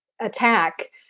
attack